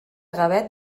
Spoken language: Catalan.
gavet